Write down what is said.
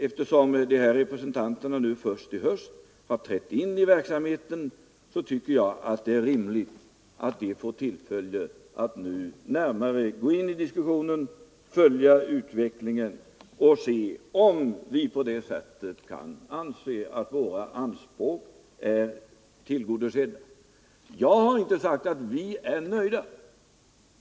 Eftersom de representanter jag här nämnt först i höst har inträtt i verksamheten tycker jag det är rimligt att de får tillfälle att närmare gå in i diskussionen och följa utvecklingen och konstatera om de anser att våra anspråk är tillgodosedda. Jag har inte sagt att vi är nöjda.